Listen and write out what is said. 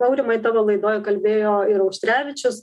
aurimai tavo laidoj kalbėjo ir auštrevičius